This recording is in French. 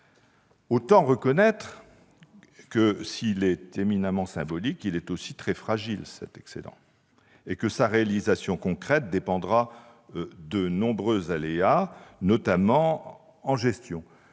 Autant reconnaître que, s'il est éminemment symbolique, il est aussi très fragile ! Sa réalisation concrète dépendra en outre de nombreux aléas, notamment en gestion.